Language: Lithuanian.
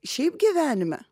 šiaip gyvenime